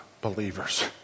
believers